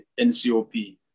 NCOP